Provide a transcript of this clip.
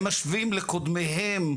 הרי הם משווים לקודמיהם,